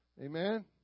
Amen